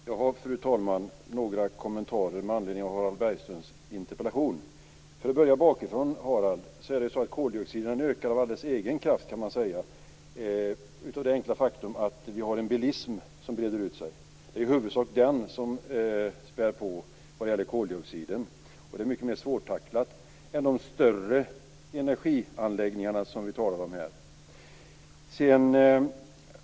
Fru talman! Jag vill göra några kommentarer med anledning av Harald Bergströms interpellation. För att börja bakifrån, Harald, är det så att koldioxiden ökar av alldeles egen kraft, kan man säga. Det gör den av det enkla faktum att vi har en bilism som breder ut sig. Det är i huvudsak den som spär på vad gäller koldioxiden. Och det är mycket mer svårtacklat än de större energianläggningar som vi talar om här.